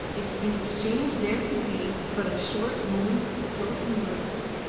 if in exchange there could be but a short moment of close embrace,